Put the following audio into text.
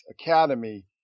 Academy